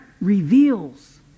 reveals